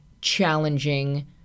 challenging